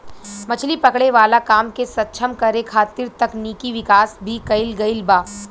मछली पकड़े वाला काम के सक्षम करे खातिर तकनिकी विकाश भी कईल गईल बा